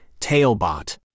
Tailbot